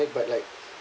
but like